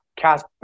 cast